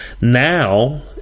now